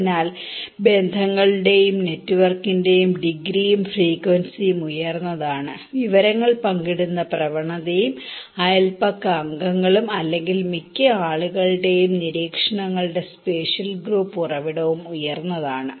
അതിനാൽ ബന്ധങ്ങളുടെയും നെറ്റ്വർക്കിന്റെയും ഡിഗ്രിയും ഫ്രീക്കവൻസിയും ഉയർന്നതാണ് വിവരങ്ങൾ പങ്കിടുന്ന പ്രവണതയും അയൽപക്ക അംഗങ്ങളും അല്ലെങ്കിൽ മിക്ക ആളുകളുടെയും നിരീക്ഷണങ്ങളുടെ സ്പേഷ്യൽ ഗ്രൂപ്പ് ഉറവിടവും ഉയർന്നതാണ്